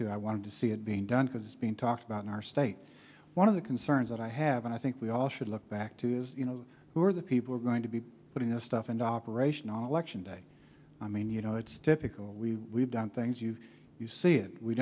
too i want to see it being done because being talked about in our state one of the concerns that i have and i think we all should look back to is you know who are the people are going to be putting this stuff and operation on election day i mean you know it's typical we have done things you you see it we